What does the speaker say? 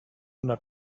una